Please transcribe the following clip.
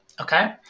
Okay